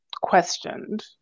questioned